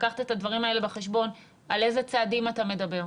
לקחת את זה בחשבון, על איזה צעדים אתה מדבר?